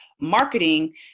marketing